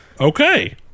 Okay